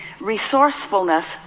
resourcefulness